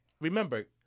Remember